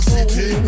City